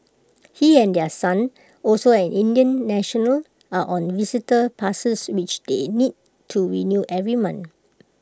he and their son also an Indian national are on visitor passes which they need to renew every month